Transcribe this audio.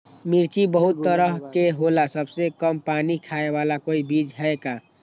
मिर्ची बहुत तरह के होला सबसे कम पानी खाए वाला कोई बीज है का?